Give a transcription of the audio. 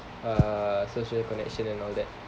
err social connection and all that